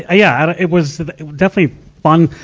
yeah it was definitely fun.